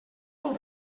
ton